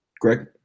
Greg